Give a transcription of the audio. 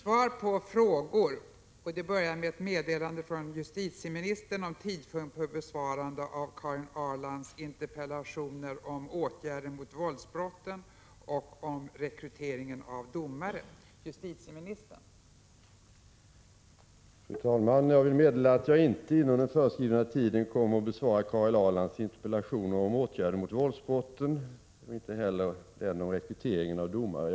Fru talman! Jag vill meddela att jag på grund av arbetsbelastning inte inom den föreskrivna tiden kommer att besvara Karin Ahrlands interpellation om åtgärder mot våldsbrotten och inte heller den om rekryteringen av domare.